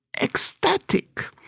ecstatic